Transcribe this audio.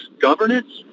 governance